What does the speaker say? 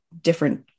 different